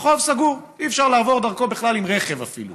רחוב סגור, אי-אפשר לעבור דרכו בכלל עם רכב אפילו.